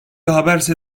haberse